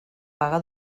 vaga